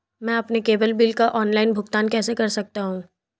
मैं अपने cable bill का ऑनलाइन भुगतान कैसे कर सकता हूं?